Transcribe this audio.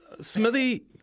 Smithy